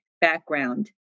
background